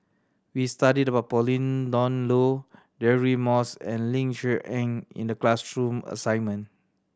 we studied about Pauline Dawn Loh Deirdre Moss and Ling Cher Eng in the class true assignment